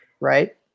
Right